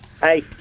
Hey